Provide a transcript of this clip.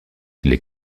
les